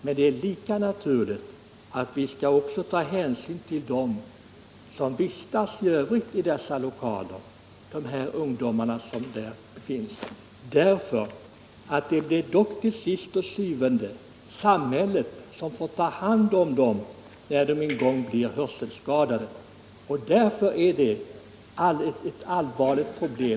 Men det är lika naturligt att vi också skall ta hänsyn till de ungdomar som vistas där, för det blir til syvende og sidst samhället som får ta hand om dem när de en gång blir hörselskadade. Detta är ett allvarligt problem.